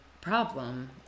problem